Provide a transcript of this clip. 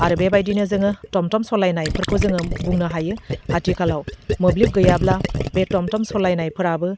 आरो बेबायदिनो जोङो टम टम सलायनायफोरखौ जोहो बुंनो हायो आथिखालाव मोब्लिब गैयाब्ला बे टम टम सालायनायफोराबो